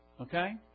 okay